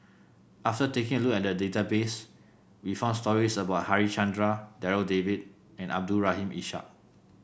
after taking a look at database we found stories about Harichandra Darryl David and Abdul Rahim Ishak